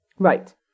Right